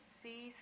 see